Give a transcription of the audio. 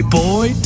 boy